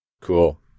Cool